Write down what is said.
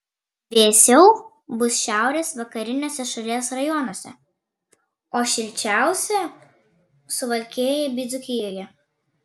vėsiau bus šiaurės vakariniuose šalies rajonuose o šilčiausia suvalkijoje bei dzūkijoje